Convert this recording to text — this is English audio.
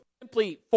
simply